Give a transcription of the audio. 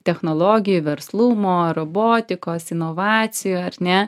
technologijų verslumo robotikos inovacijų ar ne